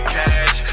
cash